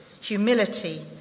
humility